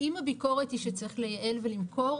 אם הביקורת היא שצריך לייעל ולמכור,